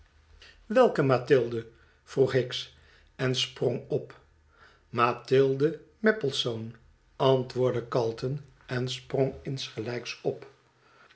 welke mathilde vroeg hicks en sprong op mathilde maplesone antwoordde calton en sprong insgelijks op